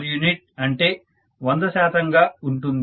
u అంటే 100 శాతంగా ఉంటుంది